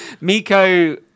Miko